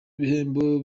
ibihembo